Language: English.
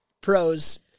pros